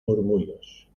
murmullos